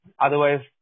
Otherwise